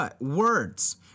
words